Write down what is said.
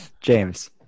James